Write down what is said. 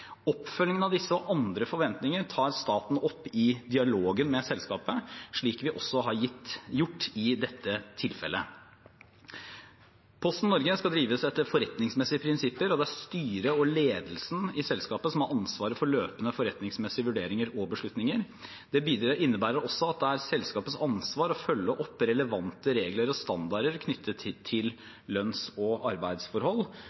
disse og andre forventninger tar staten opp i dialogen med selskapet, slik vi også har gjort i dette tilfellet. Posten Norge skal drives etter forretningsmessige prinsipper, og det er styret og ledelsen i selskapet som har ansvaret for løpende forretningsmessige vurderinger og beslutninger. Det innebærer også at det er selskapets ansvar å følge opp relevante regler og standarder knyttet til